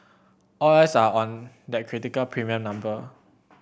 all eyes are on that critical premium number